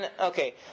okay